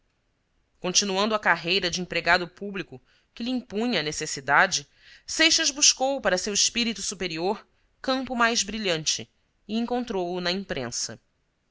continuando a carreira de empregado público que lhe impunha a necessidade seixas buscou para seu espírito superior campo mais brilhante e encontrou-o na imprensa